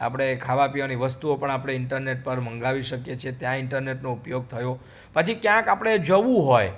આપણે ખાવાપીવાની વસ્તુઓ પણ આપળે ઈન્ટરનેટ પર મંગાવી શકીએ છીએ ત્યાં ઈન્ટરનેટનો ઉપયોગ થયો પછી ક્યાંક આપણે જવું હોય